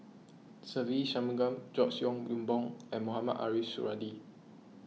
Se Ve Shanmugam George Yeo Yong Boon and Mohamed Ariff Suradi